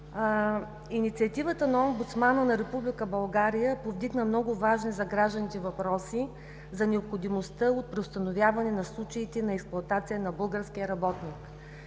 Инициативата на омбудсмана на Република България повдигна много важни за гражданите въпроси за необходимостта от преустановяване на случаите на експлоатация на българския работник.